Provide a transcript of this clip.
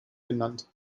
genannt